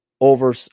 over –